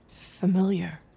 familiar